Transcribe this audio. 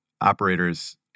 operators